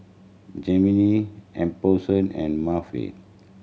Jaimie Alphonso and Marva